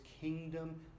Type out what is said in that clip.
kingdom